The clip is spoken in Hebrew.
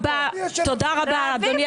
יגיע.